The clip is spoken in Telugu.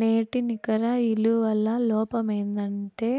నేటి నికర ఇలువల లోపమేందంటే